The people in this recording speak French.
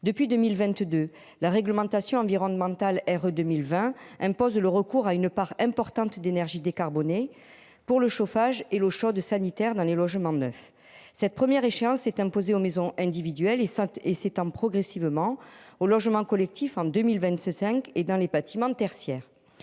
Depuis 2022, la réglementation environnementale R 2020 impose le recours à une part importante d'énergies décarbonnées pour le chauffage et l'eau chaude sanitaire dans les logements neufs. Cette première échéance s'est imposé aux maisons individuelles et et s'étend progressivement au logement collectif en 2000 Vance cinq et dans les bâtiments tertiaires.